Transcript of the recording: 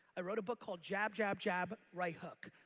i wrote a book called jab, jab, jab, right hook.